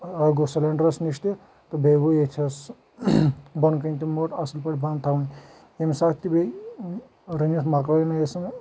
اَکھ گوٚو سٕلٮ۪نٛڈرَس نِش تہِ تہٕ بیٚیہِ گوٚو ییٚتِتھَس بۄنہٕ کَنہِ تہِ مٔٹ اَصٕل پٲٹھۍ بنٛد تھاوٕنۍ ییٚمہِ ساتہٕ تہِ بیٚیہِ رٔنِتھ مۄکلٲیِن